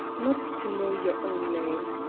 not to know your own name!